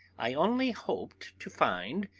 i only hoped to find,